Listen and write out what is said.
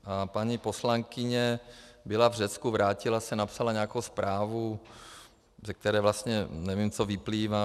A paní poslankyně byla v Řecku, vrátila se, napsala nějakou zprávu, ze které vlastně nevím, co vyplývá.